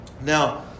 Now